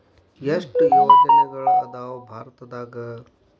ಎಷ್ಟ್ ಯೋಜನೆಗಳ ಅದಾವ ಭಾರತದಾಗ?